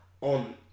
on